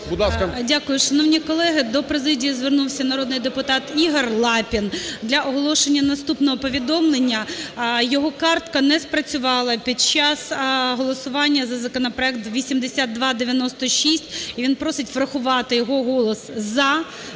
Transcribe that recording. Дякую, шановні колеги. До президії звернувся народний депутат Ігор Лапін для оголошення наступного повідомлення. Його картка не спрацювала під час голосування за законопроект 8296, і він просить врахувати його голос "за"